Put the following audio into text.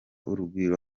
urugwiro